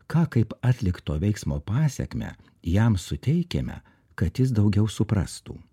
ką kaip atlikto veiksmo pasekmę jam suteikiame kad jis daugiau suprastų